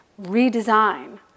redesign